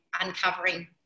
uncovering